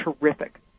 terrific